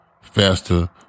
faster